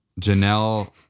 Janelle